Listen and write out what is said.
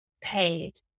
paid